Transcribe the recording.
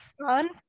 Fun